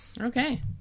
Okay